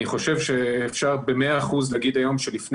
אני חושב שאפשר ב-100 אחוזים לומר היום שלפני